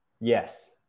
yes